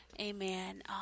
Amen